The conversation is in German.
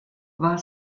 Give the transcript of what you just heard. war